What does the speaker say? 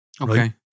Okay